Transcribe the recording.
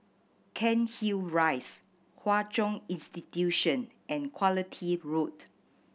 Cairnhill Rise Hwa Chong Institution and Quality Road